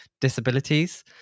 disabilities